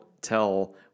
tell